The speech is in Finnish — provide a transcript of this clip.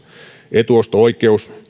etuosto oikeus